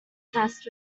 test